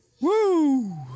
Woo